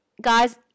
guys